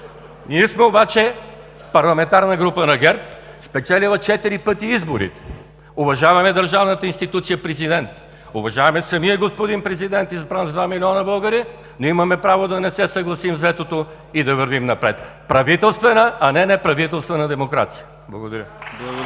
Ние сме обаче, парламентарна група на ГЕРБ, спечелила четири пъти изборите, уважаваме държавната институция Президент, уважаваме самия господин президент, избран с два милиона българи, но имаме право да не се съгласим с ветото и да вървим напред. Правителствена, а не неправителствена демокрация! Благодаря.